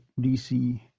DC